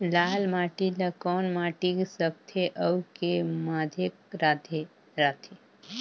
लाल माटी ला कौन माटी सकथे अउ के माधेक राथे?